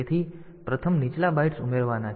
તેથી પ્રથમ નીચલા બાઇટ્સ ઉમેરવાના છે